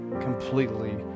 completely